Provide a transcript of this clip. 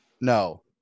No